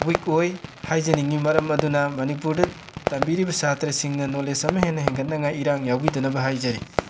week ꯑꯣꯏ ꯍꯥꯏꯖꯅꯤꯡꯉꯤ ꯃꯔꯝ ꯑꯗꯨꯅ ꯃꯅꯤꯄꯨꯔꯗ ꯇꯝꯕꯤꯔꯤꯕ ꯁꯥꯇ꯭ꯔꯁꯤꯡꯅ ꯅꯣꯂꯦꯖ ꯑꯃ ꯍꯦꯟꯅ ꯍꯦꯡꯒꯠꯅꯉꯥꯏ ꯏꯔꯥꯡ ꯌꯥꯎꯕꯤꯗꯅꯕ ꯍꯥꯏꯖꯔꯤ